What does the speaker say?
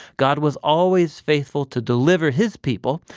god was always faithful to deliver his people.